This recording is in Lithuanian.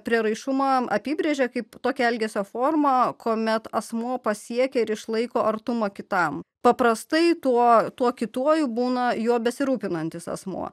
prieraišumą apibrėžė kaip tokią elgesio formą kuomet asmuo pasiekia ir išlaiko artumą kitam paprastai tuo kituoju būna juo besirūpinantis asmuo